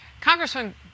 Congressman